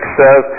says